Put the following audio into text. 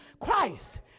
Christ